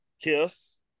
Kiss